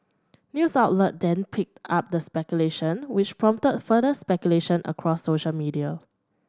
news outlet then picked up the speculation which prompted further speculation across social media